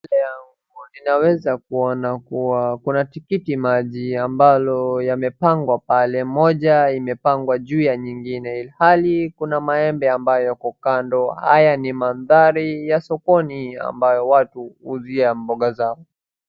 Mbele yangu ninaweza kuona kuwa kuna tikiti maji ambalo yamepangwa pale, moja imepangwa juu ya nyingine ,ilhali kuna maembe ambayo yako kando, haya ni mandhari ya sokoni ambayo watu huuzia mboga zao.